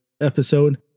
episode